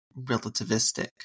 relativistic